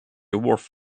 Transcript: wharf